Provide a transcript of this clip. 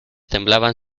temblaban